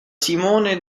simone